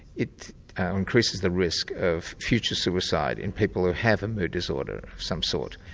it increases the risk of future suicide in people who have a mood disorder of some sort.